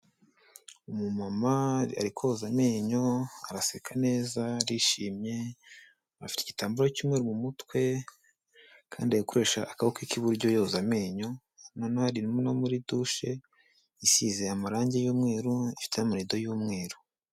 Umumama ari koza amenyo, araseka neza, arishimye bafite igitambaro cy'umweru mu mutwe, kandi ari gukoresha akaboko k'iburyo yoza amenyo, hino no muri dushe isize amarangi y'umweru ifite amarido y'umweru.